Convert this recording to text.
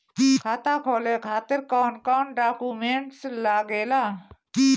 खाता खोले खातिर कौन कौन डॉक्यूमेंट लागेला?